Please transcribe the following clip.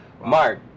Mark